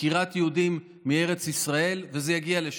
עקירת יהודים מארץ ישראל, וזה יגיע לשם.